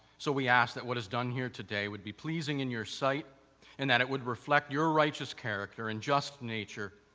so we ask that what is done here today would be blessing in in your sight and that it would reflect your righteous character and just nature.